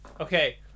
Okay